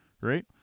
Right